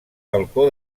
balcó